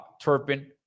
Turpin